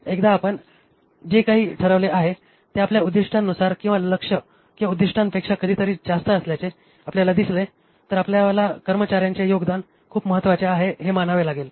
एकदा आपण जे काही ठरवले आहे ते आपल्या उद्दीष्टांनुसार किंवा लक्ष्य आणि उद्दीष्टांपेक्षा कधीकधी जास्त असल्याचे आपल्याला दिसले तर आपल्याला कर्मचार्यांचे योगदान खूप महत्वाचे आहे हे मानावे लागेल